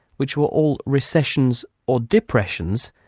which were all recessions or depressions,